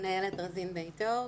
אני עורכת הדין איילת רזין בית אור,